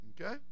Okay